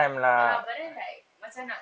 ya lah but then like macam nak